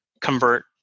convert